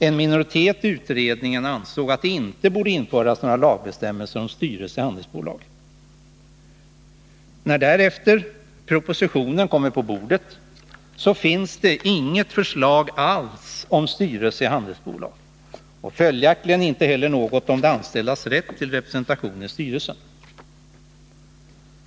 En minoritet i utredningen ansåg att det inte borde införas några lagbestämmelser om styrelse i handelsbolag. När därefter propositionen kommer på riksdagens bord, så finns det inget förslag alls om styrelse i handelsbolag och följaktligen inte heller något om de anställdas rätt till representation i styrelsen.